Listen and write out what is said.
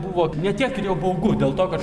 buvo ne tiek ir jau baugu dėl to kad